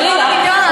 חלילה.